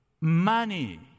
money